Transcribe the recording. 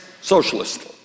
socialist